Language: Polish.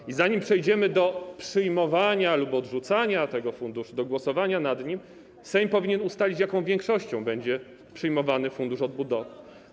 I zanim przejdziemy do przyjmowania lub odrzucania tego funduszu, do głosowania nad nim, Sejm powinien ustalić, jaką większością będzie przyjmowany Fundusz Odbudowy.